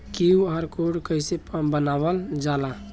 QR code कइसे बनवाल जाला?